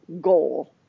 goal